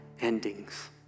endings